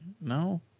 No